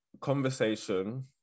conversation